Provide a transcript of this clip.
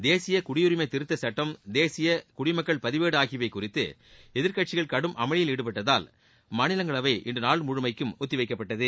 தேசிய குடியுரிமை திருத்த சட்டம் தேசிய குடிமக்கள் பதிவேடு ஆகியவை குறித்து எதிர்க்கட்சிகள் கடும் அமளியில் ஈடுபட்டதால் மாநிலங்களவை இன்று நாள்முழுமைக்கும் ஒத்திவைக்கப்பட்டது